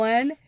One